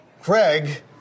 Craig